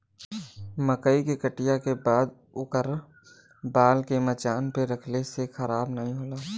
मकई के कटिया के बाद ओकर बाल के मचान पे रखले से खराब नाहीं होला